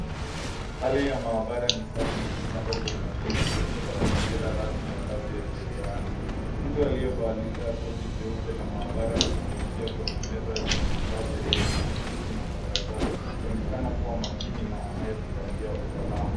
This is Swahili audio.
Hali ya maabara ni safi na imepangwa kwa umakini ikionyesha mazingira rasmi ya kazi ya kisayansi. Mtu aliyevalia koti jeupe la maabara anashughulikia kwenye meza yenye vifaa vya kieletroniki na makaratasi akionekana kuwa makini na anayezingatia usalama.